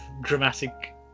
dramatic